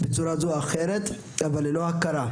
בצורה זו או אחרת, אבל ללא הכרה.